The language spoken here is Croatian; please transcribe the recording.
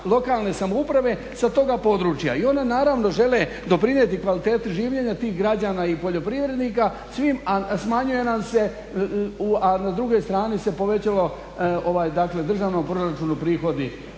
lokalne samouprave sa toga područja. I one naravno žele doprinijeti kvaliteti življenja tih građana i poljoprivrednika a na drugoj strani se povećalo dakle državnom proračunu prihodi.